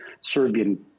Serbian